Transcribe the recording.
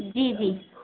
جی جی